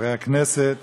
חברי הכנסת,